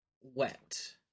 wet